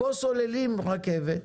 פה סוללים רכבת,